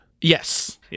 Yes